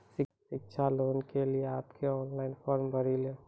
शिक्षा लोन के लिए आप के ऑनलाइन फॉर्म भरी ले?